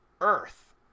Earth